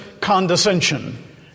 condescension